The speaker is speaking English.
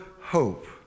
hope